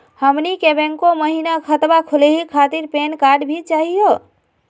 हमनी के बैंको महिना खतवा खोलही खातीर पैन कार्ड भी चाहियो?